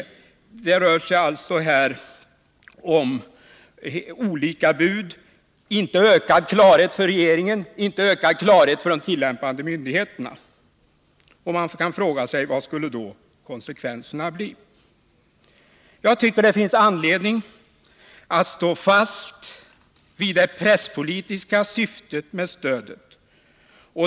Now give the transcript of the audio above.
Det rör sig alltså här om olika bud, men inte om ökad klarhet för regeringen och inte heller om ökad klarhet för de tillämpande myndigheterna. Man kan fråga: Vilka skulle konsekvenserna bli av ett bifall till reservationen? Jag tycker det finns anledning att stå fast vid det presspolitiska syftet med stödet.